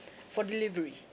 for delivery